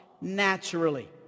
naturally